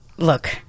Look